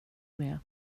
med